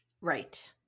Right